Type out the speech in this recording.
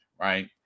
right